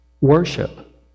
Worship